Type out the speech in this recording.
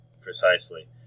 Precisely